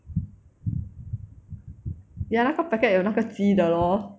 ya 那个 packet 有那个鸡的 lor